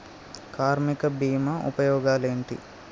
కార్మిక బీమా ఉపయోగాలేంటి?